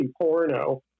porno